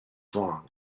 wrong